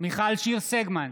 מיכל שיר סגמן,